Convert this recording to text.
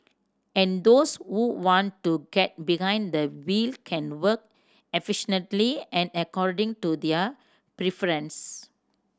and those who want to get behind the wheel can work and according to their preference